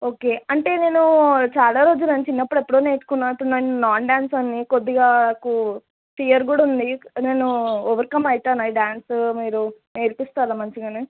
okay అంటే నేను చాలా రోజులైంది చిన్నప్పుడు ఎప్పుడో నేర్చుకున్నట్టు ఉన్నాను నేను నాన్ డ్యాన్సర్ని కొద్దిగా నాకు ఫియర్ కూడా ఉంది నేను ఓవర్కమ్ అయితానా ఈ డ్యాన్స్ మీరు నేర్పిస్తారా మంచిగానే